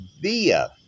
via